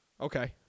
Okay